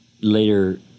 later